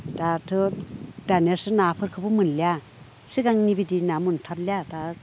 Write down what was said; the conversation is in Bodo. दाथ' दानियासो नाफोरखोबो मोनलिया सिगांनि बिदि ना मोनथारलिया दा